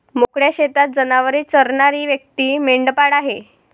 मोकळ्या शेतात जनावरे चरणारी व्यक्ती मेंढपाळ आहे